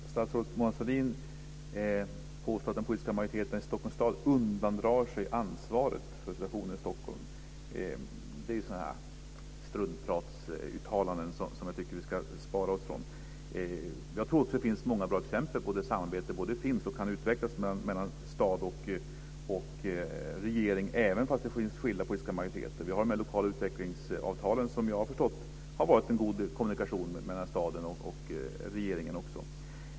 Fru talman! Statsrådet Mona Sahlin påstår att den politiska majoriteten i Stockholms stad undandrar sig ansvaret för situationen i Stockholm. Det är sådant struntprat som jag tycker att vi ska bespara oss. Jag tror att det finns många bra exempel på samarbete som kan utvecklas mellan staden och regeringen, även om de står för skilda politiska majoriteter. De lokala utvecklingsavtalen har, såvitt jag har förstått, gett en god kommunikation mellan staden och regeringen.